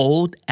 Old